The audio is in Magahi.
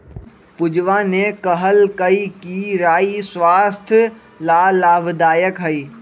पूजवा ने कहल कई कि राई स्वस्थ्य ला लाभदायक हई